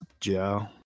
Joe